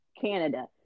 Canada